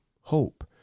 hope